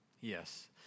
Yes